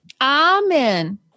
Amen